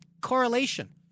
correlation